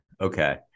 okay